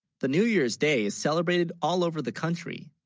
the, new, year's day is celebrated all over the country,